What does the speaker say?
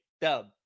dub